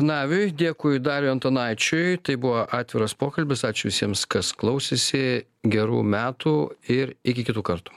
naviui dėkui dariui antanaičiui tai buvo atviras pokalbis ačiū visiems kas klausėsi gerų metų ir iki kitų kartų